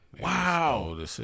Wow